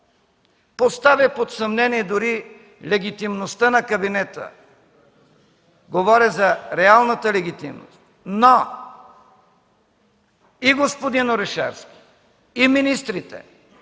поставя под съмнение дори легитимността на кабинета – говоря за реалната легитимност. Но и господин Орешарски, и министрите